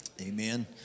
amen